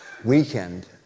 weekend